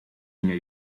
mnie